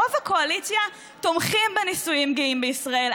רוב הקואליציה תומכים בנישואים גאים בישראל.